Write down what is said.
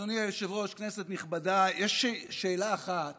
אדוני היושב-ראש, כנסת נכבדה, יש שאלה אחת